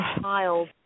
child